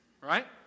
right